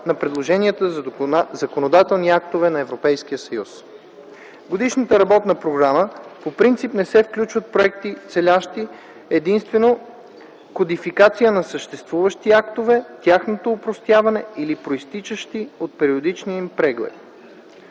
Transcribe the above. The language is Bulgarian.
на предложенията за законодателни актове на Европейския съюз. В Годишната работна програма по принцип не се включват проекти, целящи единствено кодификация на съществуващи актове, тяхното опростяване или произтичащи от периодичния им преглед.